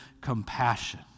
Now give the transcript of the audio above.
compassion